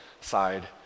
side